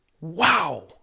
Wow